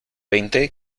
veinte